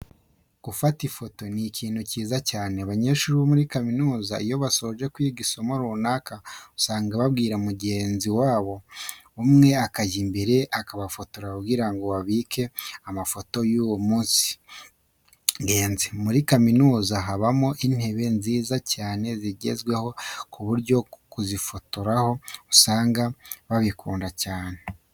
Gufata ifoto ni ikintu cyiza cyane. Abanyeshuri bo muri kaminuza iyo basoje kwiga isomo runaka usanga babwira mugenzi wabo umwe akajya imbere akabafotora kugira ngo babike amafoto y'uko uwo munsi wagenze. Muri kaminuza habamo intebe nziza cyane zigezweho ku buryo kuzifotorezaho usanga babikunda cyane.